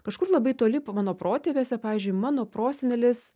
kažkur labai toli po mano protėviuose pavyzdžiui mano prosenelis